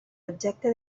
objecte